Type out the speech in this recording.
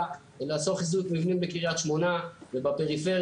לעשות חיזוק מבנים בקריית שמונה ובפריפריה.